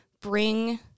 bring